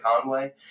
Conway